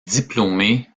diplômée